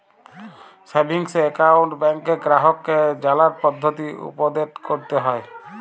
savings account ব্যাংকে গ্রাহককে জালার পদ্ধতি উপদেট ক্যরতে হ্যয়